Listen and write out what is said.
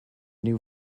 new